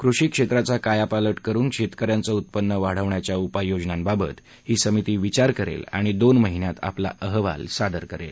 कृषी क्षेत्राचा कायापालट करुन शेतक यांचं उत्पन्न वाढवण्याच्या उपाययोजनांबाबत ही समिती विचार करेल आणि दोन महिन्यात आपला अहवाल सादर करेल